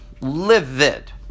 Livid